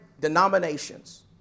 denominations